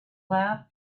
laughed